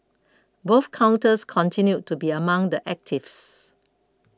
both counters continued to be among the actives